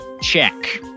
check